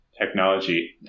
technology